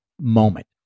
moment